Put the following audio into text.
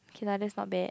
okay lah that's not bad